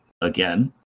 again